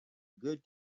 good